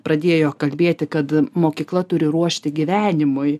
pradėjo kalbėti kad mokykla turi ruošti gyvenimui